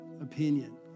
opinion